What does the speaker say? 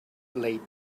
laid